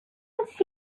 once